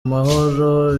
amahoro